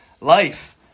life